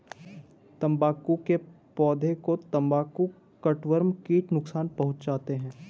तंबाकू के पौधे को तंबाकू कटवर्म कीट नुकसान पहुंचाते हैं